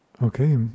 Okay